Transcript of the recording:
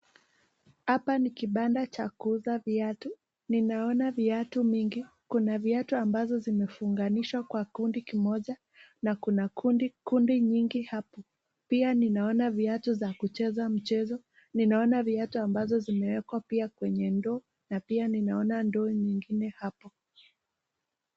Hapa ni kibanda cha kuuza viatu. Ninaona viatu mingi, kuna viatu ambazo zimefunganishwa kwa kundi kimoja na kuna kundi kundi nyingi hapo. Pia ninaona viatu za kucheza mchezo, ninaona viatu ambazo zimewekwa pia kwenye ndoo na pia ninaona ndoo nyingine hapo.